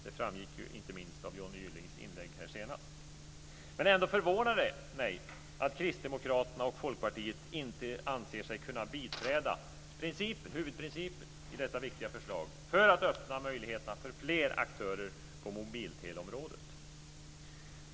Det framgick inte minst av Johnny Gyllings inlägg. Ändå förvånar det mig att Kristdemokraterna och Folkpartiet inte anser sig kunna biträda huvudprincipen i detta viktiga förslag för att öppna möjligheterna för fler aktörer på mobilteleområdet.